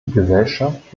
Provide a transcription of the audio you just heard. gesellschaft